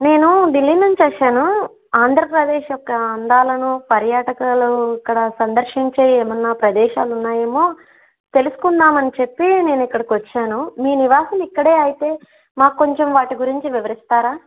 నేను ఢిల్లీ నుంచి చేసాను ఆంధ్రప్రదేశ్ యొక్క అందాలను పర్యాటకులు ఇక్కడ సందర్శించే ఏమన్నా ప్రదేశాలు ఉన్నాయేమో తెలుసుకుందాం అని చెప్పి నేను ఇక్కడికి వచ్చాను మీ నివాసం ఇక్కడే అయితే మాకు కొంచం వాటి గురించి వివరిస్తారా